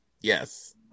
Yes